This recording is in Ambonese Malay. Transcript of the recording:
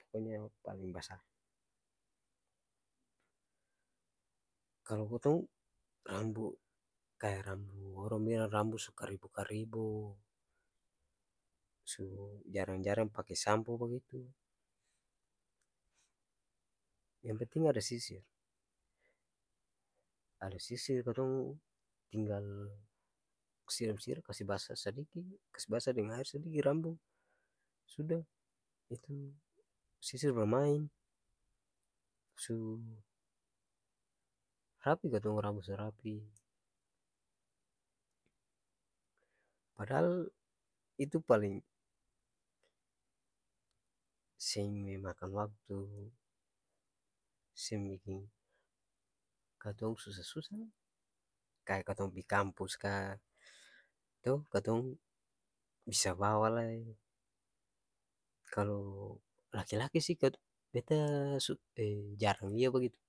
poko nya yang paleng basar kalo katong rambu kaya rambu orang bilang rambu su karibo-karibo su jarang-jarang pake sampo bagitu yang penting ada sisir ada sisir katong tinggal siram-siram kase basa sadiki kas basa deng aer sadiki rambu suda itu sisir barmaeng su rapi katong pung rambu su rapi padahal itu paleng seng memakan waktu seng biking katong susa-susa ni kaya katong pi kampus ka to katong bisa bawa lai kalo laki-laki si kat bet jarang lia bagitu.